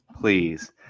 Please